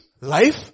life